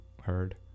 heard